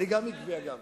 אני גם עקבי, אגב.